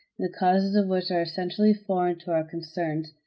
the causes of which are essentially foreign to our concerns.